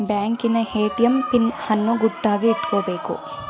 ಬ್ಯಾಂಕಿನ ATM PIN ಅನ್ನು ಗುಟ್ಟಾಗಿ ಇಟ್ಕೊಬೇಕು